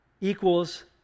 equals